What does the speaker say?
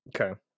Okay